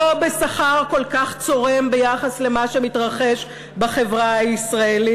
לא על שכר כל כך צורם ביחס למה שמתרחש בחברה הישראלית,